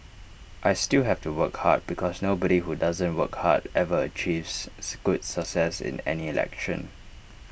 I still have to work hard because nobody who doesn't work hard ever achieves good success in any election